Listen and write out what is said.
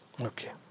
Okay